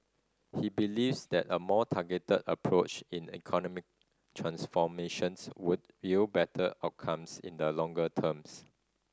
he believes that a more targeted approach in economic transformations would yield better outcomes in the longer terms